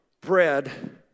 bread